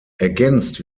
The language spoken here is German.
ergänzt